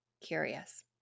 curious